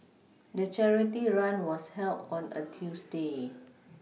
the charity run was held on a Tuesday